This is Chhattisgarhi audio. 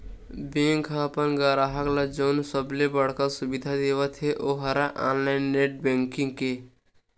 बेंक ह अपन गराहक ल जउन सबले बड़का सुबिधा देवत हे ओ हरय ऑनलाईन नेट बेंकिंग के